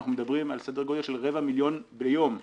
אנחנו מדברים על סדר גודל של רבע מיליון ביום עלות.